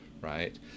right